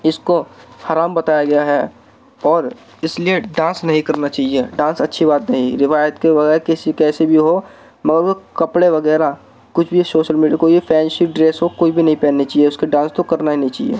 اس کو حرام بتایا گیا ہے اور اس لیے ڈانس نہیں کرنا چاہیے ڈانس اچھی بات نہیں روایت کے بغیر کسی کیسے بھی ہو مگر کپڑے وغیرہ کچھ بھی شوشل کوئی فینشی ڈریس ہو کوئی بھی نہیں پہننی چاہیے اس کے ڈانس تو کرنا ہی نہیں چاہیے